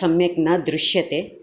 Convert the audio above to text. सम्यक् न दृश्यते